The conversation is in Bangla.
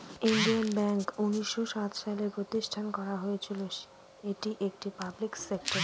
ইন্ডিয়ান ব্যাঙ্ক উনিশশো সাত সালে প্রতিষ্ঠান করা হয়েছিল এটি একটি পাবলিক সেক্টর ব্যাঙ্ক